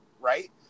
right